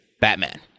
Batman